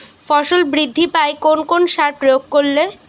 ফসল বৃদ্ধি পায় কোন কোন সার প্রয়োগ করলে?